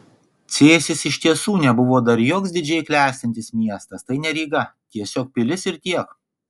cėsis iš tiesų nebuvo dar joks didžiai klestintis miestas tai ne ryga tiesiog pilis ir tiek